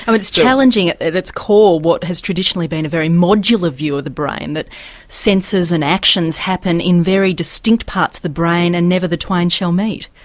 um it's challenging at at its core, what has traditionally been a very modular view of the brain that senses and actions happen in very distinct parts of the brain and never the twain shall meet.